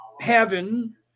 heaven